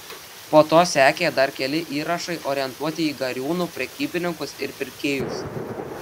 po to sekė dar keli įrašai orientuoti į gariūnų prekybininkus ir pirkėjus